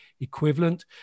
equivalent